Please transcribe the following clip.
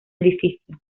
edificio